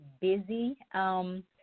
busy